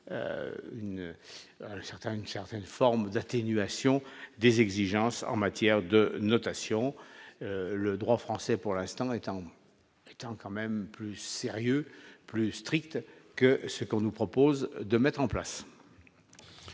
une certaine forme d'atténuation des exigences en matière de notation le droit français, pour l'instant étant étant quand même plus sérieux, plus strictes que ce qu'on nous propose de mettre en place.